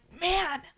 man